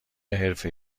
حرفه